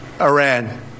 Iran